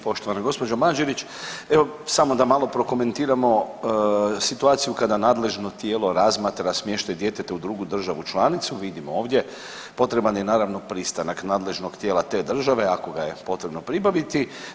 Poštovana gospođo Mađerić, evo samo da malo prokomentiramo situaciju kada nadležno tijelo razmatra smještaj djeteta u drugu državu članicu, vidimo ovdje potreban je naravno pristanak nadležnog tijela te države ako ga je potrebno pribaviti.